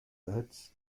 words